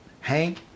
Hank